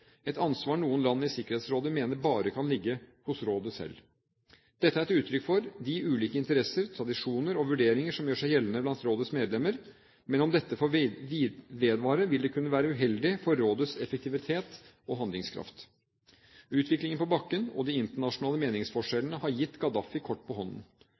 et ansvar noen land i Sikkerhetsrådet mener bare kan ligge hos rådet selv. Dette er et uttrykk for de ulike interesser, tradisjoner og vurderinger som gjør seg gjeldende blant rådets medlemmer, men om dette får vedvare, vil det kunne være uheldig for rådets effektivitet og handlekraft. Utviklingen på bakken og de internasjonale meningsforskjellene har gitt Gaddafi kort på hånden.